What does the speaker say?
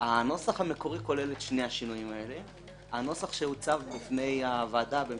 האם זה באמת רלוונטי, כשהיא במצב נפשי חמור?